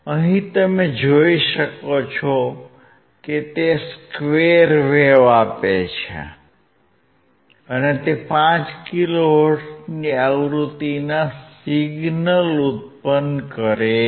અહિં તમે જોઇ શકો છો કે તે સ્કવેર વેવ આપે છે અને તે 5 કિલોહર્ટ્ઝની આવૃતિના સિગ્નલ ઉત્પન્ન કરે છે